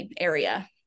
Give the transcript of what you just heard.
area